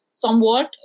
Somewhat